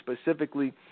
specifically